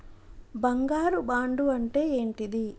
బంగారు బాండు అంటే ఏంటిది?